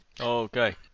Okay